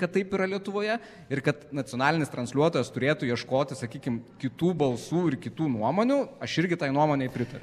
kad taip yra lietuvoje ir kad nacionalinis transliuotojas turėtų ieškoti sakykim kitų balsų ir kitų nuomonių aš irgi tai nuomonei pritariu